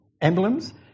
emblems